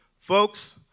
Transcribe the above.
Folks